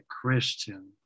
Christian